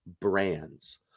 brands